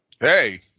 Hey